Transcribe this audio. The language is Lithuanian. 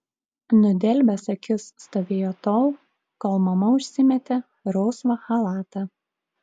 nudelbęs akis stovėjo tol kol mama užsimetė rausvą chalatą